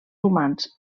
humans